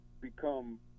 become